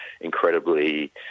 incredibly